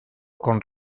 con